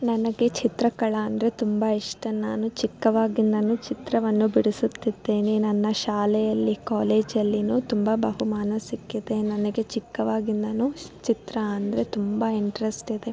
ನನಗೆ ಚಿತ್ರಕಲಾ ಅಂದರೆ ತುಂಬ ಇಷ್ಟ ನಾನು ಚಿಕ್ಕವಾಗಿಂದ ಚಿತ್ರವನ್ನು ಬಿಡಿಸುತ್ತಿದ್ದೇನೆ ನನ್ನ ಶಾಲೆಯಲ್ಲಿ ಕಾಲೇಜಲ್ಲಿ ತುಂಬ ಬಹುಮಾನ ಸಿಕ್ಕಿದೆ ನನಗೆ ಚಿಕ್ಕವಾಗಿಂದ ಶ್ ಚಿತ್ರ ಅಂದರೆ ತುಂಬ ಇಂಟ್ರೆಸ್ಟ್ ಇದೆ